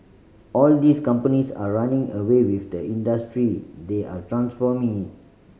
all these companies are running away with the industry they are transforming it